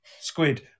Squid